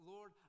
Lord